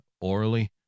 orally